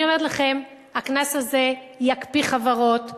רבותי, אני אומרת לכם שהקנס הזה יקפיא חברות.